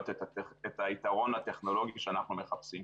את היתרון הטכנולוגי שאנחנו מחפשים,